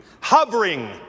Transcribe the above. hovering